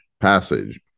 Passage